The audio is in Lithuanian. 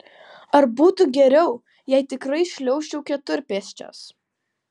ar būtų geriau jei tikrai šliaužčiau keturpėsčias